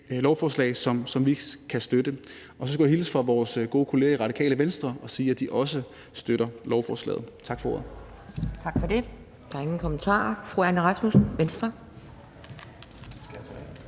lovforslag, som vi kan støtte. Og så skulle jeg hilse fra vores gode kolleger i Radikale Venstre og sige, at de også støtter lovforslaget. Tak for ordet. Kl. 12:15 Anden næstformand (Pia Kjærsgaard): Tak for det. Der er ingen kommentarer. Fru Anne Rasmussen, Venstre.